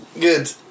Good